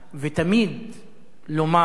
ותמיד לומר: